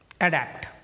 adapt